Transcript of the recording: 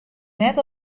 net